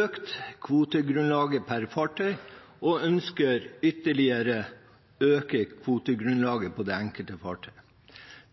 økt kvotegrunnlaget per fartøy og ønsker ytterligere å øke kvotegrunnlaget på det enkelte fartøy.